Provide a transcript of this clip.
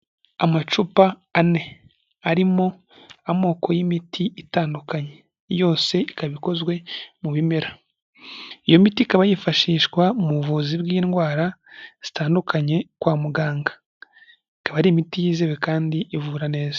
Amacupa ane, arimo amoko y'imiti itandukanye, yose ikaba ikozwe mu bimera, iyo miti ikaba yifashishwa mu buvuzi bw'indwara zitandukanye kwa muganga, ikaba ari imiti yizewe kandi ivura neza.